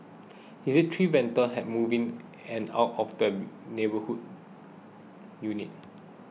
he said three vendors had moved in and out of the neighbouring unit